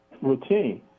routine